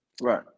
right